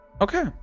Okay